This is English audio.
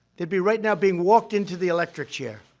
they'd be right now being walked into the electric chair.